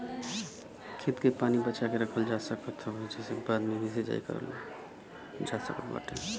खेत के पानी बचा के रखल जा सकत हवे जेसे बाद में भी सिंचाई कईल जा सकत बाटे